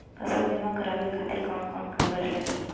फसल बीमा करावे खातिर कवन कवन कागज लगी?